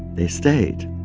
they stayed.